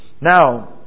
Now